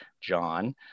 john